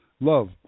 love